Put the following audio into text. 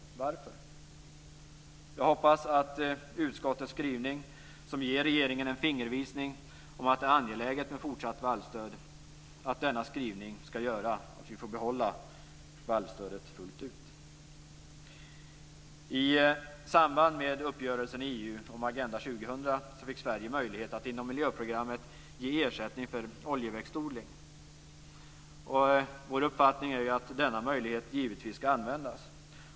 Varför? Jag hoppas att utskottets skrivning, som ger regeringen en fingervisning om att det är angeläget med fortsatt vallstöd, ska göra att vi får behålla vallstödet fullt ut. I samband med uppgörelsen i EU om Agenda 2000 fick Sverige möjlighet att inom miljöprogrammet ge ersättning för oljeväxtodling. Vår uppfattning är att denna möjlighet givetvis ska användas.